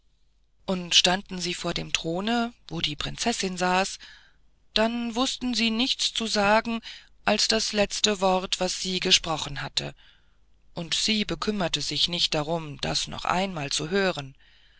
und standen sie vor dem throne wo die prinzessin saß dann wußten sie nichts zu sagen als das letzte wort was sie gesprochen hatte und sie kümmerte sich nicht darum das noch einmal zu hören